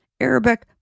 Arabic